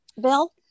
bill